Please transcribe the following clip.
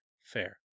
Fair